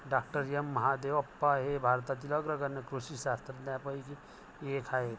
डॉ M Mahadevappa हे भारतातील अग्रगण्य कृषी शास्त्रज्ञांपैकी एक आहेत